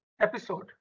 episode